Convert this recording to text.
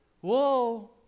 Whoa